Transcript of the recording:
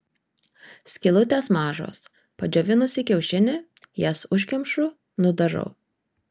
skylutės mažos padžiovinusi kiaušinį jas užkemšu nudažau